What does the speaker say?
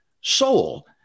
soul